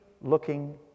looking